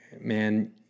Man